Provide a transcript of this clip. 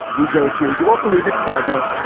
we go to. you won't believe it. fargo.